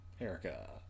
Erica